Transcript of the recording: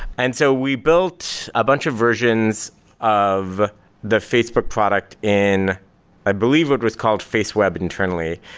and so we built a bunch of versions of the facebook product in i believe it was called faceweb internally.